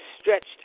stretched